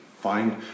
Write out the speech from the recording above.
find